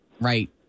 right